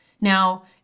Now